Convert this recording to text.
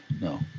No